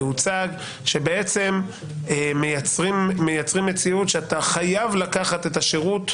זה הוצג שמייצרים מציאות שאתה חייב לקחת את השירות.